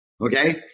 Okay